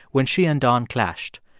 when she and don clashed.